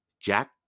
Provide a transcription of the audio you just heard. Jack